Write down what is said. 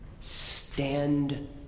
Stand